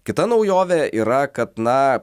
kita naujovė yra kad na